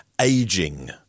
aging